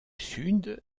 sud